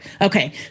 Okay